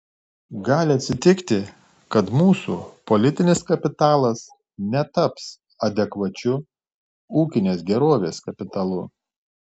gali atsitikti kad mūsų politinis kapitalas netaps adekvačiu ūkinės gerovės kapitalu